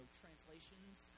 translations